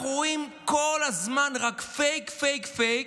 אנחנו רואים כל הזמן רק פייק, פייק, פייק.